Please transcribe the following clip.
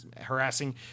harassing